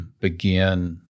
begin